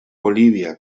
bolivia